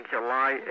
July